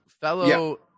Fellow